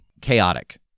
chaotic